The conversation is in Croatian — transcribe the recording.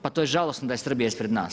Pa to je žalosno da je Srbija ispred nas.